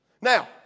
Now